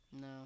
No